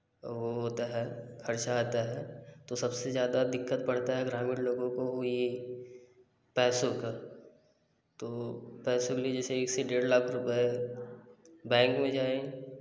वो होता है खर्चा आता है तो सबसे ज्यादा दिक्कत पड़ता है ग्रामीण लोगों को ये पैसों का तो पैसे भी जैसे एक से डेढ़ लाख रुपए बैंक में जाएँ